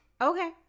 Okay